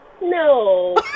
No